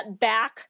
back